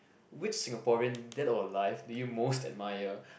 which Singaporean dead or alive do you most admire